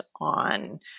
on